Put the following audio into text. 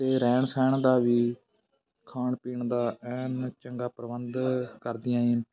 ਅਤੇ ਰਹਿਣ ਸਹਿਣ ਦਾ ਵੀ ਖਾਣ ਪੀਣ ਦਾ ਐਨ ਚੰਗਾ ਪ੍ਰਬੰਧ ਕਰਦੀਆਂ ਏ